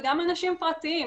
וגם אנשים פרטיים.